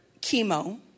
chemo